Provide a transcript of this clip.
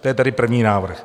To je tedy první návrh.